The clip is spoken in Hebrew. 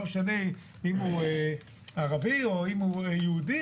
לא משנה אם הוא ערבי או אם הוא יהודי,